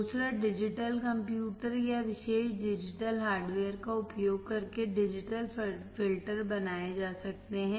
दूसरा digital computer या विशेष डिजिटल हार्डवेयर का उपयोग करके डिजिटल फिल्टर बनाए जा सकते हैं